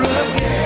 again